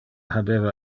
habeva